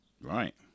Right